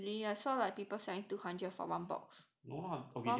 really I saw like people selling two hundred for one box